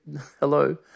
hello